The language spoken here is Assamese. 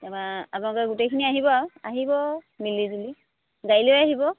আপোনালোকে গোটেইখিনি আহিব আহিব মিলিজুলি গাড়ী লৈ আহিব